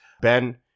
Ben